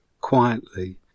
Quietly